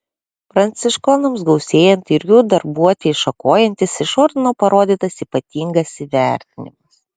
pranciškonams gausėjant ir jų darbuotei šakojantis iš ordino parodytas ypatingas įvertinimas